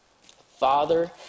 Father